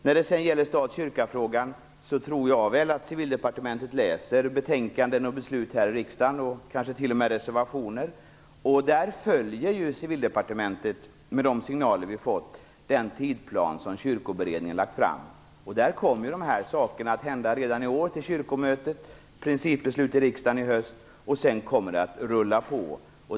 När det gäller kyrka-stat-frågan, tror jag att Civildepartementet läser betänkanden, t.o.m. reservationer, och beslut från riksdagen. Civildepartementet följer, med de signaler man får, den tidplan som Kyrkoberedningen har lagt fram. De här sakerna kommer att hända redan i år på kyrkomötet. Principbeslut fattas i riksdagen i höst, och sedan kommer det att rulla på.